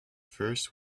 first